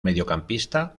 mediocampista